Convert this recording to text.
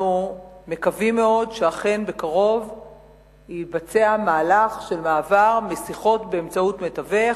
אנחנו מקווים מאוד שאכן בקרוב יתבצע מהלך של מעבר משיחות באמצעות מתווך,